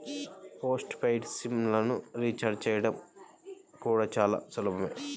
post paid SIM లను recharge చేయడం కూడా చాలా సులభమే